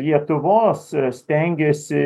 lietuvos stengiasi